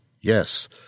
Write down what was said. Yes